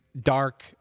Dark